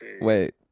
Wait